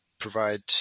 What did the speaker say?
provide